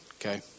Okay